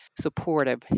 supportive